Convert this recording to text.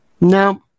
Now